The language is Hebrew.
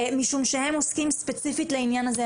משום שהם עוסקים ספציפית לעניין הזה,